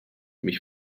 mich